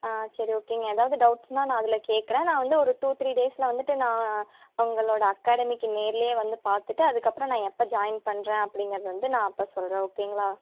ஆ சரி ஓகேங்க எதாவது டவுட்ஸ்ன்னா நான் அதில் கேட்குறேன் நான் வந்து ஒரு டு த்ரீ டேஸில் வந்துவிட்டு நான் உங்களோட அகாடமிக்கு நேர்ல வந்து பார்த்துட்டு அதற்கப்பறம் நான் எப்போ ஜாயின் பண்ணுறேன் அப்படிங்கிறத வந்து நான் அப்போ சொல்லுறேன் ஓகேங்களா